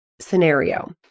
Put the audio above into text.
scenario